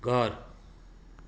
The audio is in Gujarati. ઘર